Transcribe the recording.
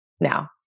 now